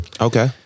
Okay